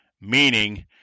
meaning